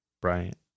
Bryant